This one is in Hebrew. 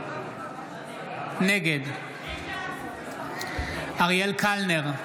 נגד אריאל קלנר,